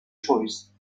choice